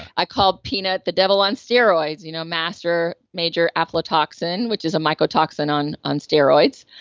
i called peanut the devil on steroids. you know master, major aflatoxin, which is a mycotoxin on on steroids.